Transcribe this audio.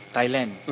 Thailand